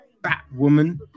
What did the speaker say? Batwoman